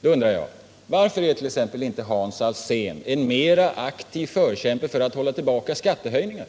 Då undrar jag varför t.ex. Hans Alsén inte är en mer aktiv kämpe för att hålla tillbaka skattehöjningar.